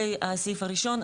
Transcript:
הסעיף הראשון,